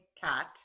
cat